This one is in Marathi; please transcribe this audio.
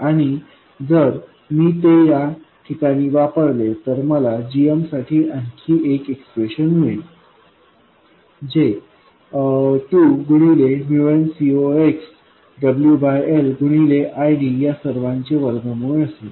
आणि जर मी ते या ठिकाणी वापरले तर मला gm साठी आणखी एक एक्सप्रेशन मिळेल जे 2 गुणिले nCoxwL गुणिले ID या सर्वांचे वर्गमूळ असेल